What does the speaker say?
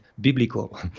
biblical